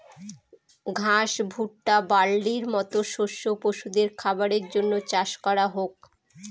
ঘাস, ভুট্টা, বার্লির মতো শস্য পশুদের খাবারের জন্য চাষ করা হোক